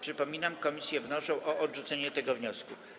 Przypominam, że komisje wnoszą o odrzucenie tego wniosku.